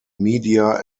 media